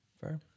fair